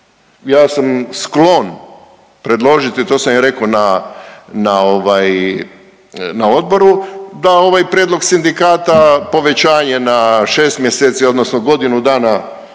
Ja sam sklon predložiti, to sam i rekao na, na ovaj na odboru da ovaj prijedlog sindikata povećanje na 6 mjeseci odnosno godinu dana